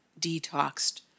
detoxed